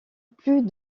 plus